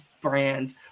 brands